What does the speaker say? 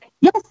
yes